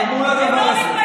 כולל כולנו, תרמו לדבר הזה.